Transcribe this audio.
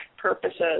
purposes